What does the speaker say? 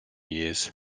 years